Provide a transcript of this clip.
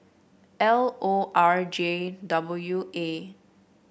L O R J W A